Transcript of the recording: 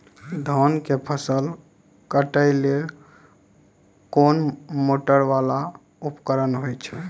धान के फसल काटैले कोन मोटरवाला उपकरण होय छै?